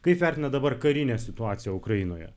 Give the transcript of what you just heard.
kaip vertinat dabar karinę situaciją ukrainoje